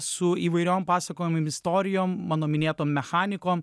su įvairiom pasakom ir istorijom mano minėto mechanikom